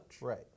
Right